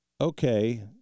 okay